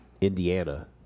Indiana